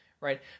right